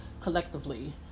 collectively